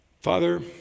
Father